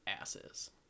asses